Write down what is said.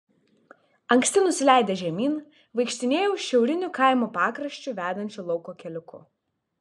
anksti nusileidęs žemyn vaikštinėjau šiauriniu kaimo pakraščiu vedančiu lauko keliuku